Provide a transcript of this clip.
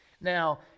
Now